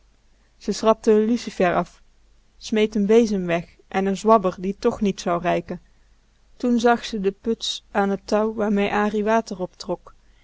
schrapte n lucifer af smeet n bezem weg en n zwabber die toch niet zou reiken toen zag ze de puts aan t touw waarmee an water optrok